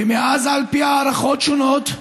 ומאז, על פי הערכות שונות,